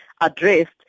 addressed